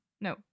No